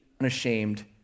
unashamed